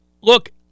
Look